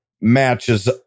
Matches